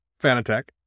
Fanatec